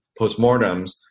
postmortems